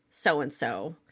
so-and-so